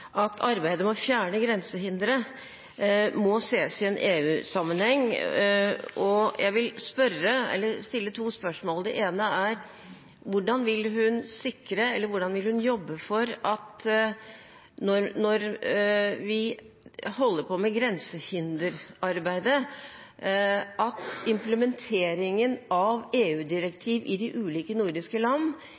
at arbeidet med å fjerne grensehindre må ses i en EU-sammenheng, og jeg vil stille to spørsmål. Det ene er: Hvordan vil statsråden, når vi holder på med grensehinderarbeidet, jobbe for at implementeringen av EU-direktiv i de ulike nordiske land